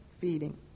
Feeding